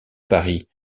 paris